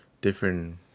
different